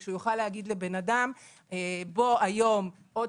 שהוא יוכל להגיד לאדם: בוא היום עוד